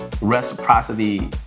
reciprocity